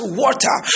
water